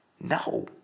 no